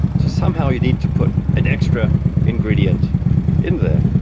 so somehow you need to put an extra ingredient in there.